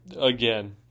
again